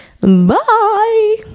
Bye